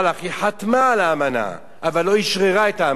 היא חתמה על האמנה אבל לא אשררה את האמנה.